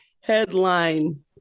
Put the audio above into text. headline